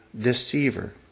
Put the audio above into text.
deceiver